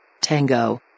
Tango